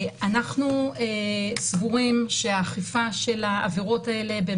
אנחנו סבורים שהאכיפה של העבירות האלה,